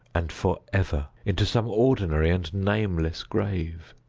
and for ever, into some ordinary and nameless grave.